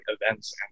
events